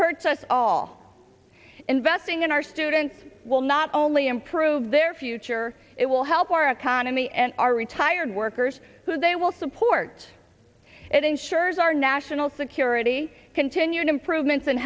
hurts us all investing in our students will not only improve their future it will help our economy and our retired workers who they will support it ensures our national security continued improvements in